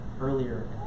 Earlier